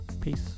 peace